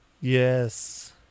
Yes